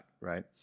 Right